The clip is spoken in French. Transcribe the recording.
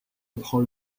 apprend